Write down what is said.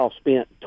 spent